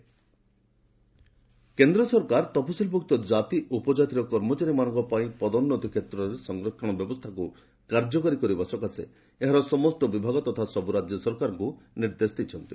centre କେନ୍ଦ୍ର ସରକାର ତଫ୍ସିଲଭୁକ୍ତ କାତି ଓ ଉପଚ୍ଚାତିର କର୍ମଚାରୀମାନଙ୍କ ପାଇଁ ପଦୋନ୍ନତି କ୍ଷେତ୍ରରେ ସଂରକ୍ଷଣ ବ୍ୟବସ୍ଥାକୁ କାର୍ଯ୍ୟକାରୀ କରିବା ପାଇଁ ଏହାର ସମସ୍ତ ବିଭାଗ ତଥା ସବୁ ରାଜ୍ୟ ସରକାରଙ୍କୁ ନିର୍ଦ୍ଦେଶ ଦେଇଛନ୍ତି